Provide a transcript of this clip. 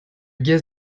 gaz